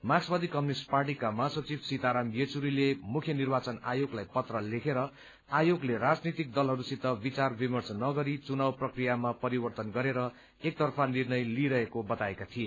मार्क्सवादी कम्युनिट पार्टीका महासचिव सीताराम येचुरीले मुख्य निर्वाचन आयोगलाई पत्र लेखेर आयोगले राजनीतिक दलहरूसित विचार विमर्श नगरी चुनाव प्रक्रियामा परिवर्तन गरेर एकतर्फी निर्णय लिइरहेको बताएका थिए